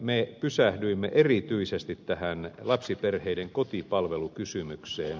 me pysähdyimme erityisesti tähän lapsiperheiden kotipalvelukysymykseen